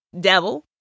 devil